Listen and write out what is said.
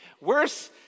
worse